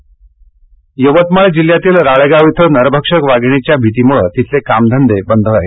यवतमाळ यवतमाळ जिल्ह्यातील राळेगाव इथं नरभक्षक वाधिणीच्या भितीमुळे तिथले काम धंदे बंद आहेत